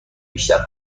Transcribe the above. بیشتر